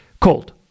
cold